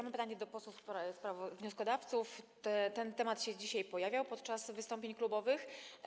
Mam pytanie do posłów wnioskodawców, ten temat się dzisiaj pojawiał podczas wystąpień klubowych.